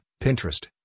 Pinterest